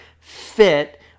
fit